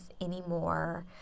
anymore